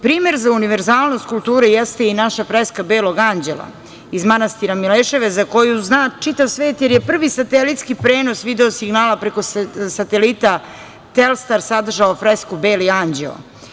Primer za univerzalnost kulture jeste i naša freska Belog Anđela iz manastira Mileševa, za koju zna čitav svet jer je prvi satelitski prenos video signala preko satelita Telstar sadržao fresku Beli Anđeo.